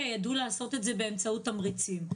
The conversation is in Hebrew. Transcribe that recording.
ידעו לעשות את זה באמצעות תמריצים.